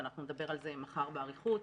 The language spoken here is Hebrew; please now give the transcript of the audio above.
ואנחנו נדבר על זה מחר באריכות,